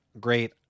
Great